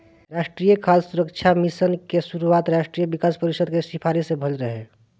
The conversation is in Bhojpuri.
राष्ट्रीय खाद्य सुरक्षा मिशन के शुरुआत राष्ट्रीय विकास परिषद के सिफारिस से भइल रहे